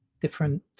different